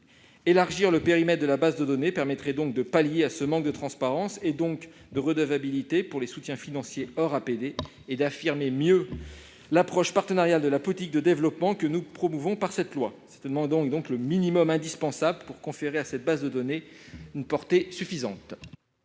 Élargir le périmètre de la base de données permettrait de pallier ce manque de transparence, donc de redevabilité, pour les soutiens financiers hors APD, et de mieux affirmer l'approche partenariale de la politique de développement que nous promouvons par ce texte. Voter cet amendement est le minimum indispensable pour conférer à cette base de données une portée suffisante.